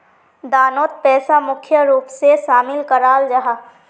दानोत पैसा मुख्य रूप से शामिल कराल जाहा